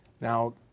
Now